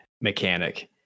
mechanic